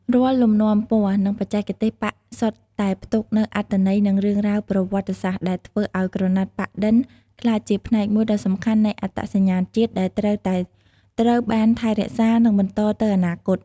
រាល់លំនាំពណ៌ និងបច្ចេកទេសប៉ាក់សុទ្ធតែផ្ទុកនូវអត្ថន័យ និងរឿងរ៉ាវប្រវត្តិសាស្ត្រ ដែលធ្វើឱ្យក្រណាត់ប៉ាក់-ឌិន ក្លាយជាផ្នែកមួយដ៏សំខាន់នៃ អត្តសញ្ញាណជាតិ ដែលត្រូវតែត្រូវបានថែរក្សា និងបន្តទៅអនាគត។